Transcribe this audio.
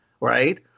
Right